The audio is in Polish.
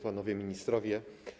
Panowie Ministrowie!